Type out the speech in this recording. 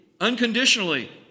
unconditionally